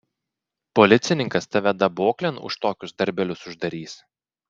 policininkas tave daboklėn už tokius darbelius uždarys